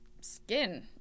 skin